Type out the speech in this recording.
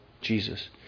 Jesus